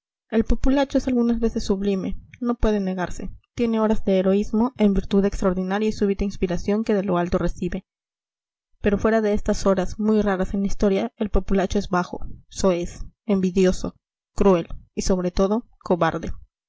el populacho es algunas veces sublime no puede negarse tiene horas de heroísmo en virtud de extraordinaria y súbita inspiración que de lo alto recibe pero fuera de estas horas muy raras en la historia el populacho es bajo soez envidioso cruel y sobre todo cobarde